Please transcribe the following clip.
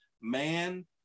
Man